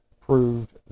proved